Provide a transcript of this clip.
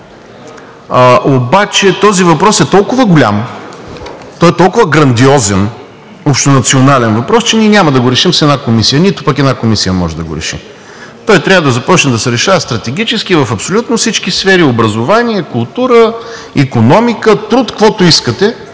обаче този въпрос е толкова голям, той е толкова грандиозен и общонационален въпрос, че ние няма да го решим с една комисия, нито пък една комисия може да го реши, а той трябва да се решава стратегически в абсолютно всички сфери – образование, култура, икономика, труд, каквото искате.